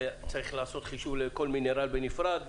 צריך לעשות חישוב לכל מינרל בנפרד,